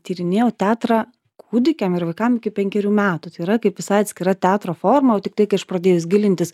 tyrinėjau teatrą kūdikiam ir vaikam iki penkerių metų tai yra kaip visai atskira teatro forma tiktai pradėjus gilintis